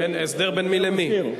הסדר בין מי למי?